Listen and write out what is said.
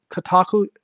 kotaku